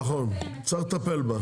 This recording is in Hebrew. נכון, צריך לטפל בה.